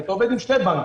כי אתה עובד עם שני בנקים,